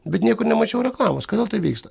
bet niekur nemačiau reklamos kodėl tai vyksta